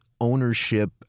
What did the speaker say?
ownership